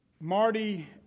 Marty